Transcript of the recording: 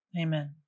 Amen